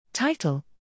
Title